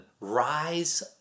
rise